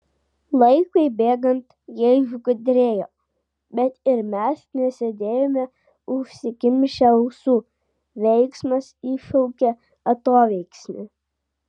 laikui bėgant jie išgudrėjo bet ir mes nesėdėjome užsikimšę ausų veiksmas iššaukia atoveiksmį